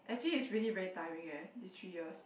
actually it's really very tiring eh these three years